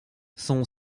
son